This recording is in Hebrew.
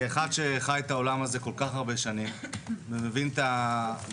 כאחד שחי את העולם הזה כל כך הרבה שנים ומבין את המשמעויות,